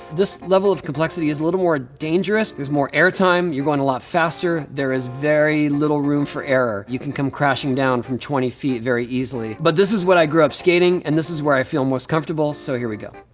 this level of complexity is a little more ah dangerous because more air time, you're going a lot faster. there is very little room for error. you can come crashing down from twenty feet very easily. but this is what i grew up skating, and this is where i feel most comfortable, so here we go.